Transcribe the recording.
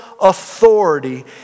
authority